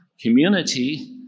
community